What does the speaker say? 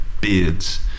beards